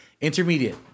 intermediate